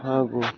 ಹಾಗು